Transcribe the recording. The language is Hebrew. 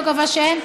לא קבע שאין,